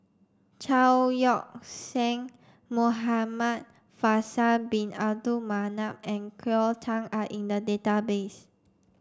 Chao Yoke San Muhamad Faisal bin Abdul Manap and Cleo Thang are in the database